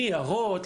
ניירות,